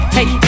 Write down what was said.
Hey